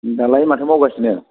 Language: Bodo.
दालाय माथो मावगासिनो